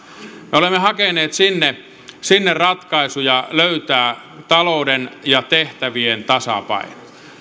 me olemme hakeneet sinne sinne ratkaisuja löytää talouden ja tehtävien tasapaino